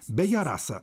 beje rasa